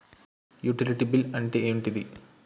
Utility bill అంటే ఏంటిది?